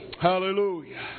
Hallelujah